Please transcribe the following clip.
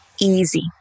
easy